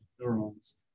neurons